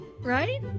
Right